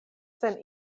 sen